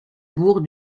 bourg